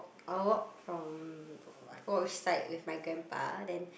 I would walk from I forgot which side with my grandpa then